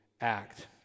act